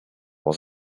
was